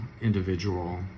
individual